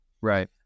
Right